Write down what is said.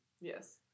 yes